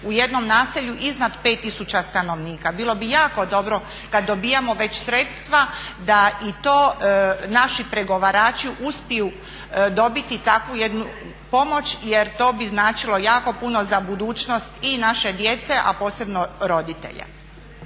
u jednom naselju iznad 5000 stanovnika. Bilo bi jako dobro kad dobijamo već sredstva da i to naši pregovarači uspiju dobiti takvu jednu pomoć jer to bi značilo jako puno za budućnost i naše djece, a posebno roditelja.